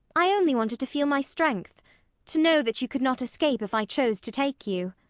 i only wanted to feel my strength to know that you could not escape if i chose to take you.